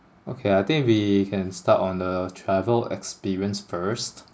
okay I think we can start on the travel experience first